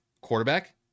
quarterback